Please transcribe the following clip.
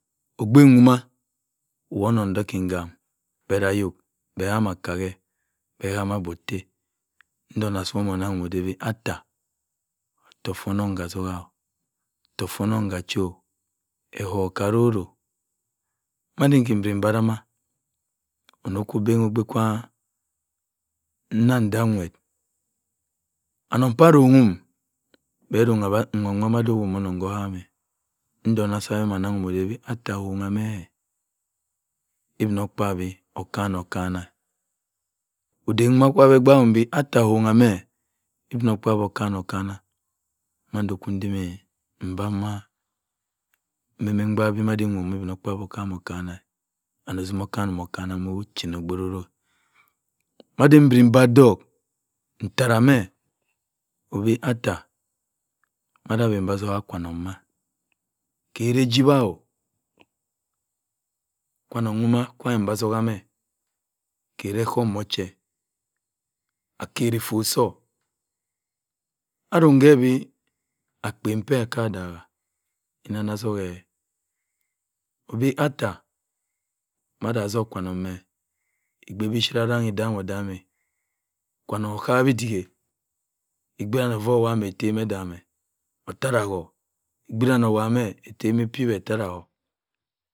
Okpei nwuma wa onongh odok. Kam but ayok. beh kama akka. beh kama abah-otta. ntongha se-managh ode beh. atta. ottok fu-onongh ka togha. togh-fi-onongbka chi. ekure ka ruro. maninke mabera ma. okwe oben ke okpei kwu mma ntim awerh. Anong pah ron 'm behsogha beh nwa-nwa onongh ku kam. ntongha se beh managh 'm ode bi. atta. kugha meh obinokpabi okan-o-okana oduk nwo kwa abeh abaak bi "atta kugha meh obinokpabi okkaoh-okana"mado kwu motima 'm mbab maki. mbembe mbaak beh machi mnim 'm obinok pabi okanin-okana and otima okanin-okana wo china okpei ororo. adi bri mbah odok tara meh obi atta. ode abenbeattok ukwa-onong mah. kera-ejiwah. kwa-onongh nwo-ya kwa ada abeme atto-yi meh. kera oso mort chi. akeri ifu soh aronbeh ke-bi akpen peh ka-oh adaghe. pina-attok eh. obi atta. mada-attok ukwa-onong meh. okpei mi-chip sa odam-oh-dam ukwa-onong ukami odiek. ikpei wanne ob ninye eten odemeh. otara-ku. okpei wa ogameh. eten epiwe otara-ku